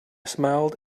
smiled